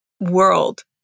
world